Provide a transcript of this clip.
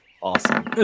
awesome